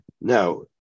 Now